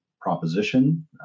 proposition